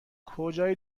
کجای